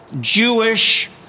Jewish